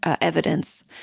evidence